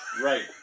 Right